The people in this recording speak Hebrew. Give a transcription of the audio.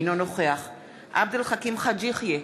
אינו נוכח עבד אל חכים חאג' יחיא,